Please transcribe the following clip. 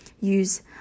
use